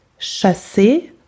chasser